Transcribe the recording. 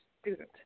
student